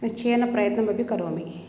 निश्चयेन प्रयत्नमपि करोमि